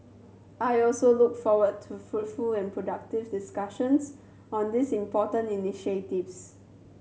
I also look forward to fruitful and productive discussions on these important initiatives